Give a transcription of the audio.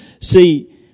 See